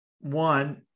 one